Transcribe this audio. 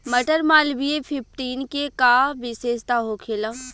मटर मालवीय फिफ्टीन के का विशेषता होखेला?